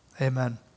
Amen